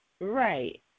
Right